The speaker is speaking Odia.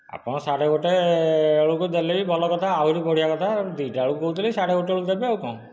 ହଁ ସାଢ଼େ ଗୋଟେ ବେଳକୁ ଦେଲେ ବି ଭଲ କଥା ଆହୁରି ବଢ଼ିଆ କଥା ଦୁଇ ଟା ବେଳକୁ କହୁଥିଲି ସାଢ଼େ ଗୋଟାଏ ବେଳେ ଦେବେ ଆଉ କଣ